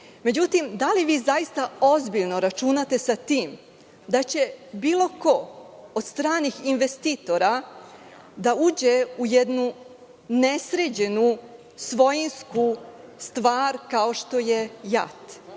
itd. Da li vi zaista ozbiljno računate sa tim da će bilo ko od stranih investitora da uđe u jednu nesređenu svojinsku stvar kao što je JAT?